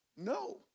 no